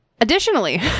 Additionally